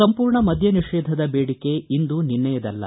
ಸಂಪೂರ್ಣ ಮದ್ದ ನಿಷೇಧದ ಬೇಡಿಕೆ ಇಂದು ನಿನ್ನೆಯದಲ್ಲ